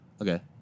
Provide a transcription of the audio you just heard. Okay